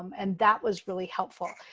um and that was really helpful.